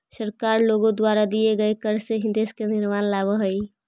सरकार लोगों द्वारा दिए गए कर से ही देश में निर्माण लावअ हई